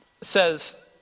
says